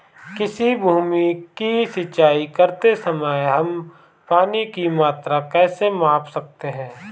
किसी भूमि की सिंचाई करते समय हम पानी की मात्रा कैसे माप सकते हैं?